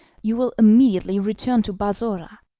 you will immediately return to balsora.